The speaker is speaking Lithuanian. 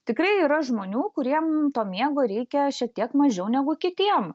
tikrai yra žmonių kuriem to miego reikia šiek tiek mažiau negu kitiem